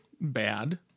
bad